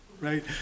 Right